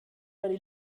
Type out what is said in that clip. meine